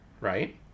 Right